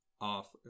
off